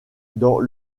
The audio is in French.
dans